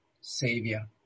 Savior